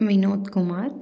Vinod Kumar